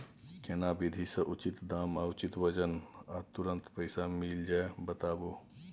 केना विधी से उचित दाम आ उचित वजन आ तुरंत पैसा मिल जाय बताबू?